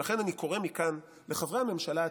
ולכן, אני קורא מכאן לחברי הממשלה העתידית: